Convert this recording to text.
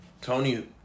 Tony